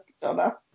Donna